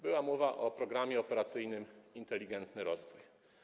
Była mowa o Programie Operacyjnym „Inteligentny rozwój”